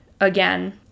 again